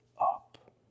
up